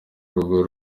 urugo